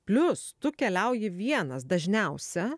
plius tu keliauji vienas dažniausia